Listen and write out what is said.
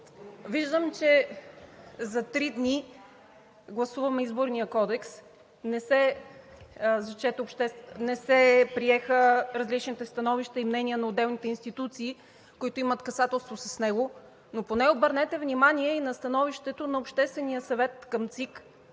Виждам, че за три дни гласуваме Изборния кодекс. Не се приеха различните становища и мнения на отделните институции, които имат касателство с него, но поне обърнете внимание и на становището на Обществения съвет към ЦИК,